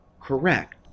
correct